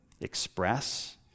express